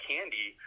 Candy